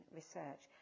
research